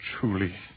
truly